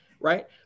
right